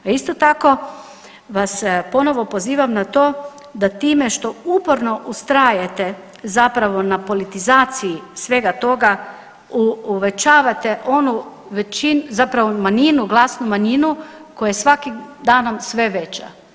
A isto tako vas ponovo pozivam na to da time što uporno ustrajete zapravo na politizaciji svega toga uvećavate zapravo manjinu, glasnu manjinu koja je svakim danom sve veća.